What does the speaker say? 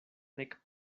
nek